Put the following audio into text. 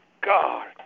God